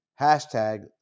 Hashtag